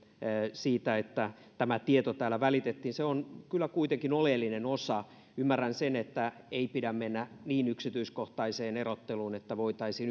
siitä että tämä tieto täällä välitettiin se on kyllä kuitenkin oleellinen osa tätä ymmärrän sen että ei pidä mennä niin yksityiskohtaiseen erotteluun että voitaisiin